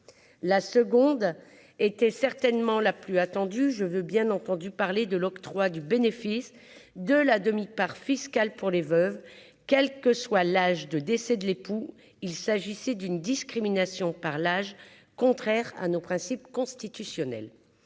la seconde était certainement la plus attendue, je veux bien entendu parler de l'octroi du bénéfice de la demi-part fiscale pour les veuves, quelle que soit l'âge de décès de l'époux, il s'agissait d'une discrimination par l'âge, contraire à nos principes constitutionnels,